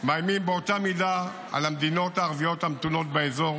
מאיימים באותה מידה על המדינות הערביות המתונות באזור,